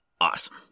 Awesome